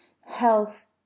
health